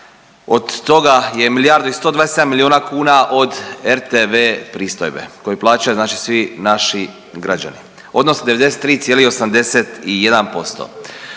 od toga je milijardu i 127 milijuna kuna od RTV pristojbe koju plaćaju znači svi naši građani odnosno 93,81%.